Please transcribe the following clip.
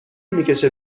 میکشه